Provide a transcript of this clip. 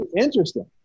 interesting